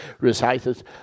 recited